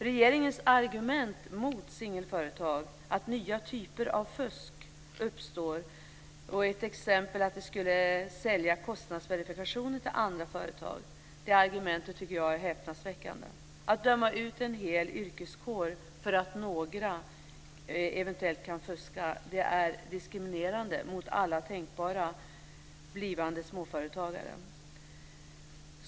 Regeringens argument mot singelföretag, nämligen att nya typer av fusk uppstår, t.ex. att sälja kostnadsverifikationer till andra företag, är häpnadsväckande. Att döma ut en hel yrkeskår för att några eventuellt kan fuska är diskriminerande mot alla tänkbara blivande småföretagare.